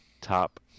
Top